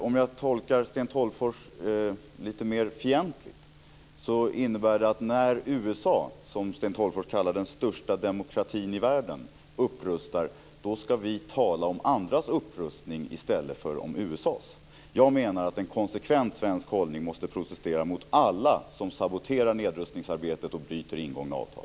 Om jag tolkar Sten Tolgfors lite mer fientligt ska vi enligt honom när USA, som Sten Tolgfors kallar den största demokratin i världen, upprustar tala om andras upprustning i stället för om USA:s. Jag menar att en konsekvent svensk hållning måste innebära att vi protesterar mot alla som saboterar nedrustningsarbetet och bryter mot ingångna avtal.